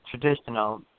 traditional